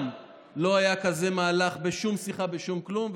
לא היה כזה מהלך בשום שיחה ובשום כלום,